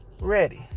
ready